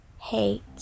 hate